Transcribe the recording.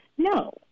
No